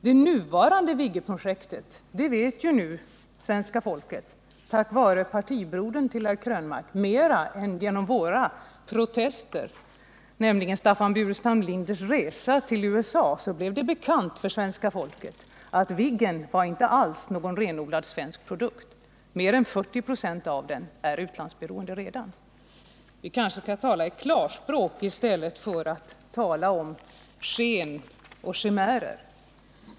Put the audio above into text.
Det nuvarande Viggenprojektet känner nu svenska folket till, mera tack vare partibrodern till herr Krönmark än genom våra protester, nämligen Staffan Burenstam Linders resa till USA. Därigenom blev det bekant för svenska folket att Viggen inte alls är någon renodlat svensk produkt. Den är redan till mer än 40 96 utlandsberoende. Vi kanske skall tala i klarspråk i stället för att tala om sken och chimärer.